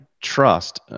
trust